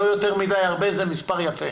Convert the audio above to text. לא יותר מדי הרבה זה מספר יפה.